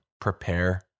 prepare